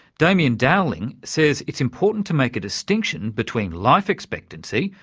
damian dowling says it's important to make a distinction between life expectancy,